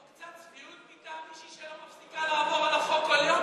לא קצת צביעות מטעם מישהי שלא מפסיקה לעבור על החוק כל יום,